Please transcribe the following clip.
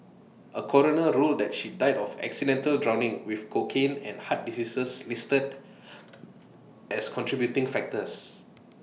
A coroner ruled that she died of accidental drowning with cocaine and heart diseases listed as contributing factors